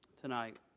tonight